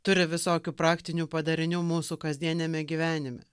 turi visokių praktinių padarinių mūsų kasdieniame gyvenime